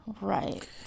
Right